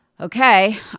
okay